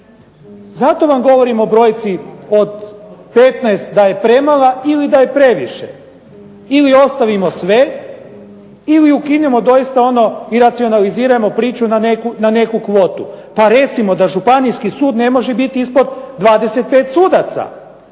Zato vam govorim o brojci od 15 da je premala ili da je previše. Ili ostavimo sve ili ukinimo doista ono i racionalizirajmo priču na neku kvotu, pa recimo da županijski sud ne može biti ispod 25 sudaca.